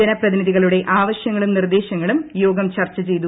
ജനപ്രതിനിധികളുടെ ആവശ്യങ്ങളും നിർദേശങ്ങളും യോഗം ചർച്ച ചെയ്തു